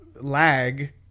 lag